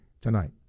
tonight